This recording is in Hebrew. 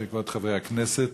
חברי הכנסת,